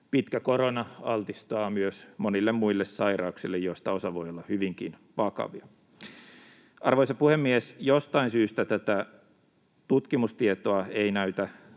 pitkä korona altistaa myös monille muille sairauksille, joista osa voi olla hyvinkin vakavia. Arvoisa puhemies! Jostain syystä tämä tutkimustieto ei näytä